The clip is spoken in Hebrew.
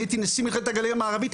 אני הייתי נשיא מכללת הגליל המערבי,